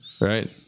right